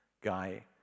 guy